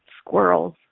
squirrels